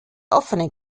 offenen